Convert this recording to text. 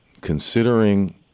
considering